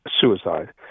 suicide